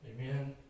amen